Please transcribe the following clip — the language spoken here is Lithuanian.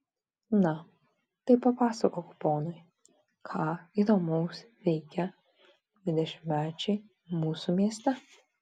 na tai papasakok ponui ką įdomaus veikia dvidešimtmečiai mūsų mieste